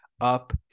up